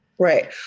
Right